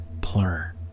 plur